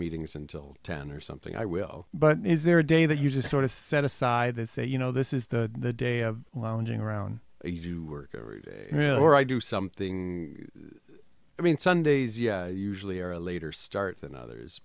meetings until ten or something i will but is there a day that you just sort of set aside that say you know this is the day of lounging around you do work you know or i do something i mean sundays yeah usually or a later start than others